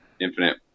infinite